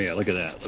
yeah look at that.